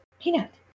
peanut